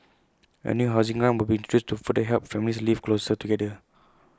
A new housing grant will be introduced to further help families live closer together